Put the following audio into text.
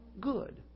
good